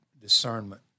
discernment